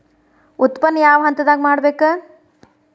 ಉತ್ಪನ್ನ ಯಾವ ಹಂತದಾಗ ಮಾಡ್ಬೇಕ್?